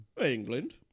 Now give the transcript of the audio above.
England